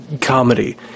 comedy